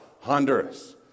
Honduras